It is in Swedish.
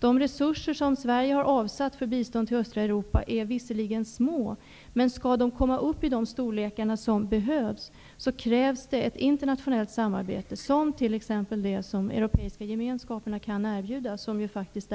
De resurser som Sverige har avsatt för bistånd till östra Europa är naturligtvis små. Skall de komma upp i den nivå som behövs krävs det ett internationellt samarbete, som t.ex. det som de europeiska gemenskaperna kan erbjuda. Det är faktiskt